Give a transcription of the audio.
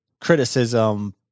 criticism